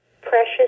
Precious